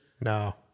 No